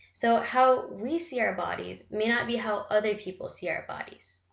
so how we see our bodies may not be how other people see our bodies.